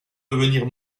devenir